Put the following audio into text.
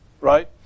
right